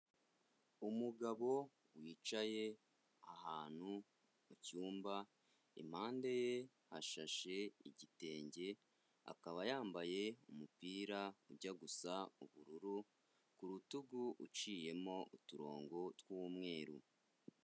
Umugabo wicaye ahantu mu cyumba, impande ye hashashe igitenge, akaba yambaye umupira ujya gusa ubururu ku rutugu uciyemo uturongo tw'umweru.